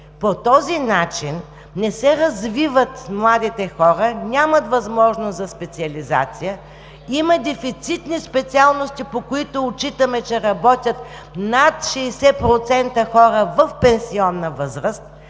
По този начин не се развиват младите хора, нямат възможност за специализация. Има дефицитни специалности, по които отчитаме, че работят над 60% хора в пенсионна възраст,